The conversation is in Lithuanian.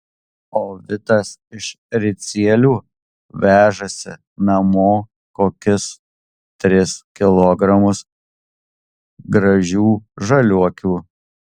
o vitas iš ricielių vežasi namo kokius tris kilogramus gražių žaliuokių